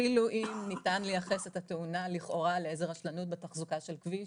אפילו אם ניתן לייחס את התאונה לאיזו רשלנות בתחזוקה של כביש.